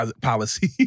policy